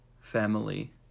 family